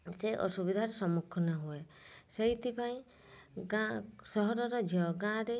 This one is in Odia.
ସେ ଅସୁବିଧାର ସମ୍ମୁଖୀନ ହୁଏ ସେଇଥିପାଇଁ ଗାଁ ସହରର ଝିଅ ଗାଁରେ